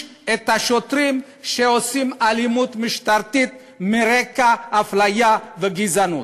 את השוטרים שפועלים באלימות משטרתית על רקע אפליה וגזענות.